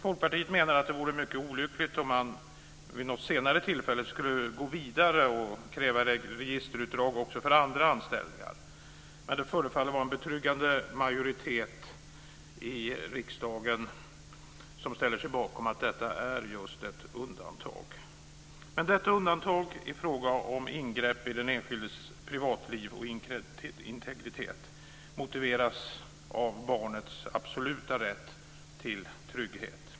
Folkpartiet menar att det vore mycket olyckligt om man vid något senare tillfälle skulle gå vidare och kräva registerutdrag också för andra anställningar. Men det förefaller vara en betryggande majoritet i riksdagen som ställer sig bakom att detta är just ett undantag. Detta undantag i fråga om ingrepp i den enskildes privatliv och integritet motiveras av barnets absoluta rätt till trygghet.